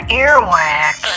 earwax